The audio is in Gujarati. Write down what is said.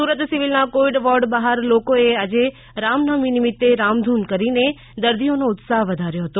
સુરત સિવિલના કોવિડ વોર્ડ બહાર લોકોએ આજે રામનવમી નિમિતે રામધૂન કરીને દર્દીઓનો ઉત્સાહ વધાર્યો હતો